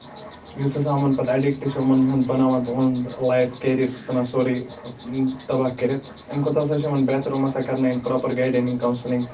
یُس ہسا یِمَن پَتہٕ اٮ۪ڈِکٹہ چھُ یِمَن ہُند بَناوان تہٕ یُہُند لایف کیریر چھُ ژَنان سورُے تَباہ کٔرِتھ اَمہِ کھۄتہٕ ہسا چھُ یِمَن بہتر أمۍ ہسا کَرناوین پراپر گایڈنِگ کونسِلنگ